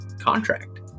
contract